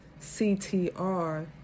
CTR